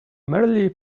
merely